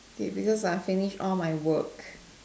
okay because I finish all my work